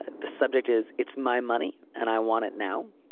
ah the subject is it's my money and i want it now.